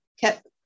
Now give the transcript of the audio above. kept